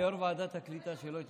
ליושב-ראש ועדת הקליטה שלא התמנה.